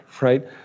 right